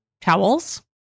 towels